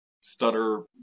stutter